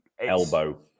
elbow